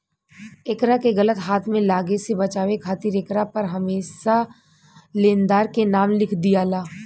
एकरा के गलत हाथ में लागे से बचावे खातिर एकरा पर हरमेशा लेनदार के नाम लिख दियाला